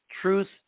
Truth